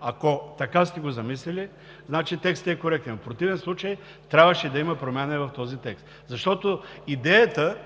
Ако така сте го замислили, значи текстът е коректен. В противен случай трябваше да има промяна и в този текст, защото идеята